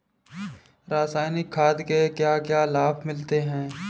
रसायनिक खाद के क्या क्या लाभ मिलते हैं?